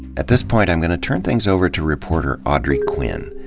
at this point, i'm gonna turn things over to reporter audrey quinn.